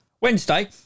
Wednesday